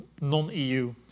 non-EU